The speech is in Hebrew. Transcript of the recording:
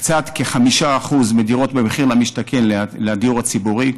הקצאת כ-5% מהדירות במחיר למשתכן לדיור הציבורי.